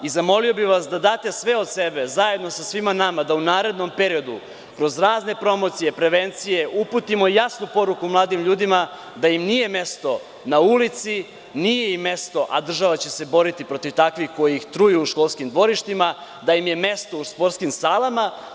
Zamolio bih vas da date sve od sebe, zajedno sa svima nama, da u narednom periodu kroz razne promocije, prevencije, uputimo jasnu poruku mladim ljudima, da im nije mesto na ulici, nije ime mesto, a država će se boriti protiv takvih koji ih truju u školskim dvorištima, da im je mesto u sportskim salama.